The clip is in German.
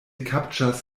captchas